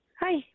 Hi